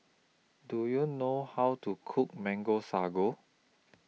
Do YOU know How to Cook Mango Sago